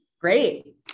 Great